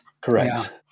correct